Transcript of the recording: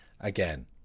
again